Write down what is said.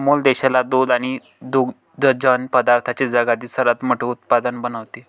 अमूल देशाला दूध आणि दुग्धजन्य पदार्थांचे जगातील सर्वात मोठे उत्पादक बनवते